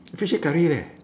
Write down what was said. fish head curry leh